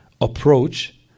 approach